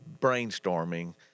brainstorming